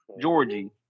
Georgie